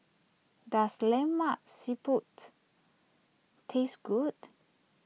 does Lemak Siput taste good